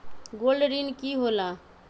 Gold ऋण की होला?